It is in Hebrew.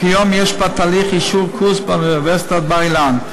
כיום יש בתהליך אישור קורס באוניברסיטת בר-אילן.